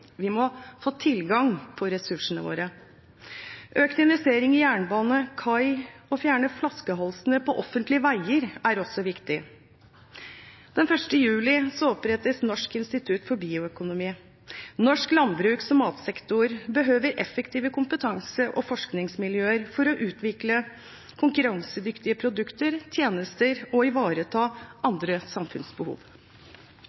Vi må få tilgang på ressursene våre. Økt investering i jernbane og kai og å fjerne flaskehalsene på offentlige veier er også viktig. Den 1. juli opprettes Norsk institutt for bioøkonomi. Norsk landbruks- og matsektor behøver effektive kompetanse- og forskningsmiljøer for å utvikle konkurransedyktige produkter og tjenester og å ivareta andre samfunnsbehov.